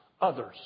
others